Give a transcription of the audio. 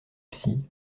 psy